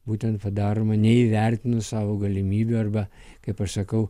būtent padaroma neįvertinus savo galimybių arba kaip aš sakau